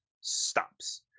stops